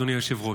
אדוני היושב-ראש.